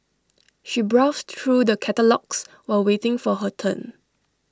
she browsed through the catalogues while waiting for her turn